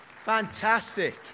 Fantastic